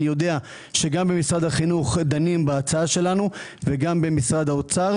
אני יודע שגם במשרד החינוך דנים בהצעה שלנו וגם במשרד האוצר.